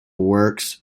works